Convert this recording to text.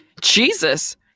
Jesus